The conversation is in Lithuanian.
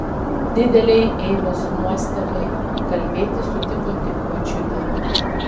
didelei eivos nuostabai kalbėti sutiko tik močiutė